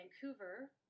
Vancouver